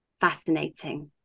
fascinating